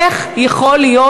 איך יכול להיות,